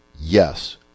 Yes